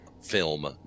film